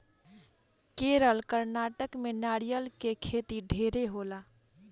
केरल, कर्नाटक में नारियल के खेती ढेरे होला